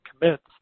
commits